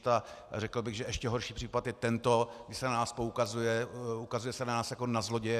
A řekl bych, že ještě horší případ je tento, kdy se na nás poukazuje, ukazuje se na nás jako na zloděje.